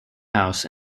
house